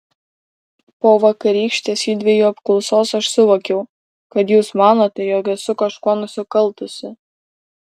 po vakarykštės judviejų apklausos aš suvokiau kad jūs manote jog esu kažkuo nusikaltusi